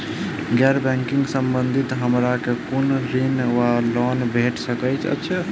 गैर बैंकिंग संबंधित हमरा केँ कुन ऋण वा लोन भेट सकैत अछि?